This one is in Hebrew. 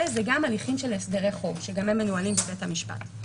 וזה גם הליכים של הסדרי חוב שגם הם מנוהלים בבית המשפט.